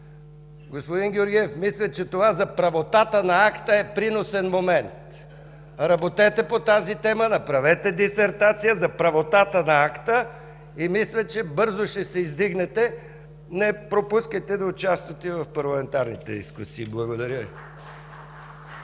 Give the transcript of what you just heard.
Господин Георгиев, мисля, че това за „правотата на акта” е приносен момент. Работете по тази тема, направете дисертация за „Правотата на акта” и мисля, че бързо ще се издигнете. Не пропускайте да участвате и в парламентарните дискусии. Благодаря